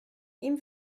ihm